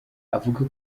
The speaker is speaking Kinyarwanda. avuga